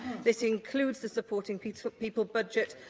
this includes the supporting people but people budget,